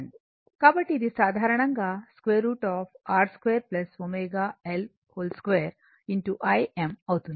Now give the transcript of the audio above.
కాబట్టి ఇది సాధారణంగా √ R 2 ω L 2 Im అవుతుంది